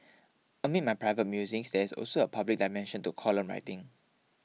amid my private musings there's also a public dimension to column writing